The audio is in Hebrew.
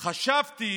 חשבתי